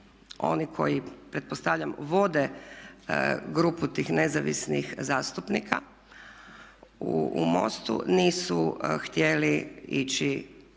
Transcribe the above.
oni koji pretpostavljam vode grupu tih nezavisnih zastupnika u MOST-u nisu htjeli ići